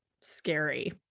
scary